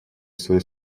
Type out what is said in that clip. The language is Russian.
своей